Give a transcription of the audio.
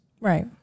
Right